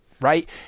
Right